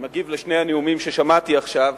אני מגיב על שני הנאומים ששמעתי עכשיו,